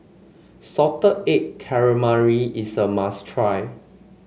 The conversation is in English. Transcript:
Salted Egg Calamari is a must try